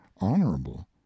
honorable